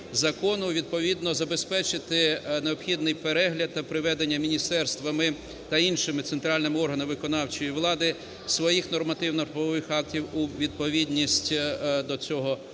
відповідно забезпечити необхідний перегляд та приведення міністерствами та іншими центральними органами виконавчої влади своїх нормативно-правових актів у відповідність до цього закону.